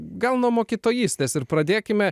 gal nuo mokytojystės ir pradėkime